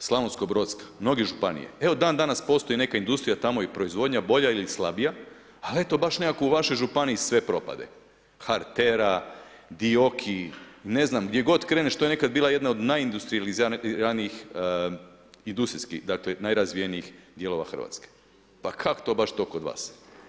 Slavonsko-brodska, mnoge županije, evo dandanas postoji neka industrija tamo i proizvodnja, bolja ili slabija, ali eto baš nekako u vašoj županiji sve propade, Hartera, Dioki, ne znam, gdje god kreneš, to je nekad bila jedna od industrijskih, dakle najrazvijenijih dijelova Hrvatske, pa kako to kod vas?